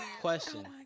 Question